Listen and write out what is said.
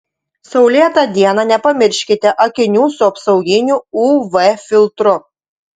saulėtą dieną nepamirškite akinių su apsauginiu uv filtru